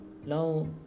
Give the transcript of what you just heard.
now